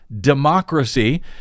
democracy